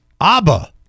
ABBA